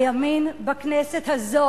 הימין בכנסת הזאת,